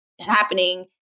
happening